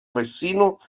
vecinos